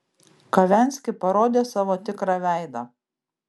kavenski parodė savo tikrą veidą